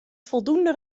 voldoende